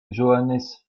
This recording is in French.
johannes